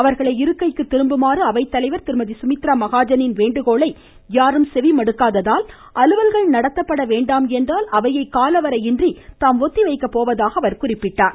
அவர்களை இருக்கைக்கு திரும்புமாறு அவைத்தலைவர் திருமதி சுமித்ரா மகாஜனின் வேண்டுகோளை யாரும் செவிமடுக்காததால் அலுவல்கள் நடத்தப்படவேண்டாம் என்றால் அவையை காலவரையின்றி தாம் ஒத்திவைக்கப்போவதாக குறிப்பிட்டார்